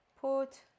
put